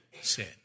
sin